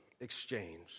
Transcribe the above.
exchange